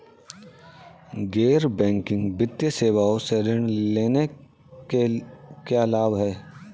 गैर बैंकिंग वित्तीय सेवाओं से ऋण लेने के क्या लाभ हैं?